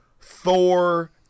Thor